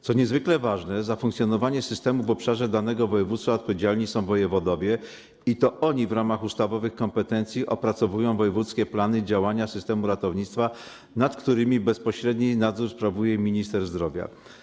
Co niezwykle ważne, za funkcjonowanie systemu w obszarze danego województwa odpowiedzialni są wojewodowie i to oni w ramach ustawowych kompetencji opracowują wojewódzkie plany działania systemu ratownictwa, nad którymi bezpośredni nadzór sprawuje minister zdrowia.